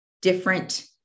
different